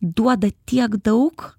duoda tiek daug